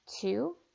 Two